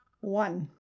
one